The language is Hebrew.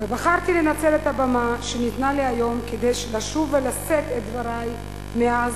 ובחרתי לנצל את הבמה שניתנה לי היום כדי לשוב ולשאת את דברי מאז,